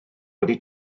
wedi